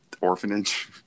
orphanage